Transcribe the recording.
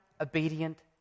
obedient